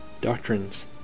doctrines